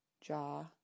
jaw